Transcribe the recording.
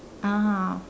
(uh huh)